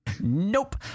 nope